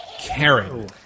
Karen